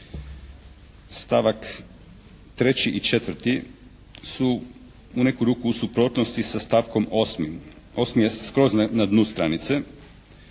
stavak 3. i 4. su u neku ruku u suprotnosti sa stavkom 8. Osmi je skroz na dnu stranice